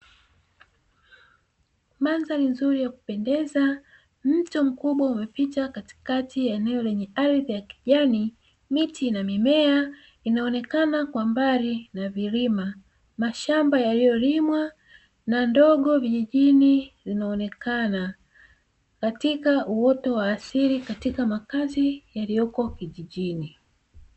Mandhari nzuri ya kupendeza, mto mkubwa umepita katikati ya eneo lenye ardhi ya kijani miti na mimea inaonekana kwa mbali na vilima. Mashamba yaliyolimwa na ndogo vijijini inaonekana katika uoto wa asili katika makazi yalioko kijijini.